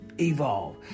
evolve